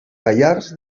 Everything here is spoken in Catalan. pallars